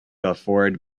afford